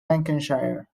lancashire